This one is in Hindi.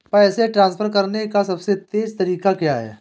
पैसे ट्रांसफर करने का सबसे तेज़ तरीका क्या है?